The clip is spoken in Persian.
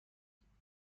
خوشحالم